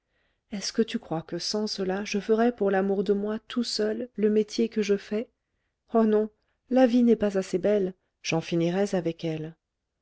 est-ce que tu crois que sans cela je ferais pour l'amour de moi tout seul le métier que je fais oh non la vie n'est pas assez belle j'en finirais avec elle